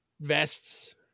vests